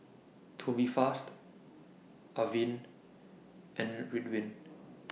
Tubifast Avene and Ridwind